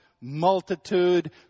multitude